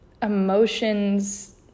emotions